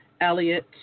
Elliot